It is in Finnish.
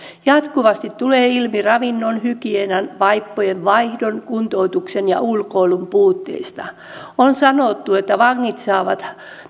jatkuvasti tulee ilmi ravinnon hygienian vaippojen vaihdon kuntoutuksen ja ulkoilun puutteita on sanottu että vangit saavat